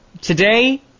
Today